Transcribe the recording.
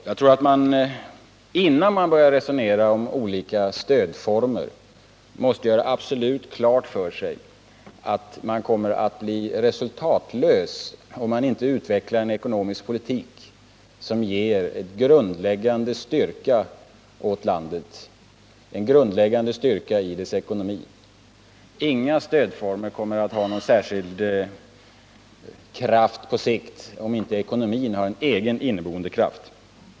Jag tror att man innan man börjar resonera om olika stödformer måste göra absolut klart för sig att man inte når resultat om man inte utvecklar en ekonomisk politik som ger grundläggande styrka åt landet och dess ekonomi. Ingen stödform kommer på sikt att ha någon särskild kraft om inte ekonomin har en egen inneboende kraft.